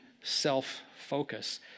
self-focus